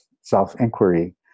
self-inquiry